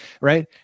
Right